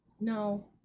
No